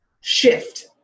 shift